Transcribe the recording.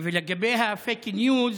ולגבי הפייק ניוז,